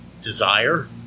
desire